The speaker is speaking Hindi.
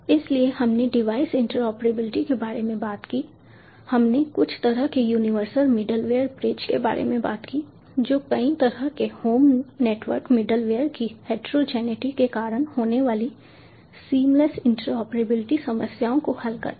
इसलिए हमने डिवाइस इंटरऑपरेबिलिटी के बारे में बात की हमने कुछ तरह के यूनिवर्सल मिडलवेयर ब्रिज के बारे में बात की जो कई तरह के होम नेटवर्क मिडलवेयर की हेटेरोजेनेटी के कारण होने वाली सीमलेस इंटरऑपरेबिलिटी समस्याओं को हल करता है